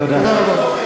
תודה רבה.